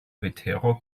vetero